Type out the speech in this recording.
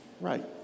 right